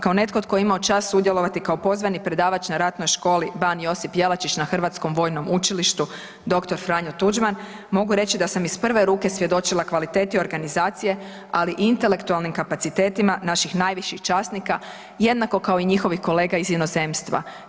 Kao netko tko je imao čast sudjelovati kao pozvani predavač na Ratnoj školi Ban Josip Jelačić na Hrvatskom vojnom učilištu dr. Franjo Tuđman, mogu reći da sam iz prve ruke svjedočila kvaliteti organizacije, ali i intelektualnim kapacitetima naših najviših časnika, jednako kao i njihovih kolega iz inozemstva.